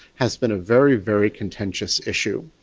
has been a very, very contentious issue.